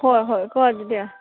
ꯍꯣꯏ ꯍꯣꯏ ꯀꯣ ꯑꯗꯨꯗꯤ